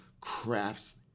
crafts